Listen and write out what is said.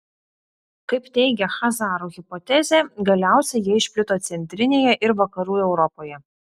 kaip teigia chazarų hipotezė galiausiai jie išplito centrinėje ir vakarų europoje